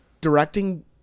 directing